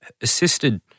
assisted